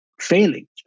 failing